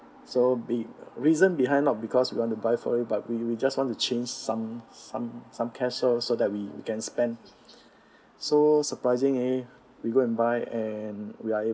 so be~ reason behind not because we want to buy four d but we we just want to change some some some cash so so that we can spend so surprising we go and buy and we are